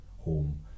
home